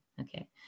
Okay